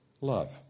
Love